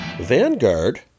Vanguard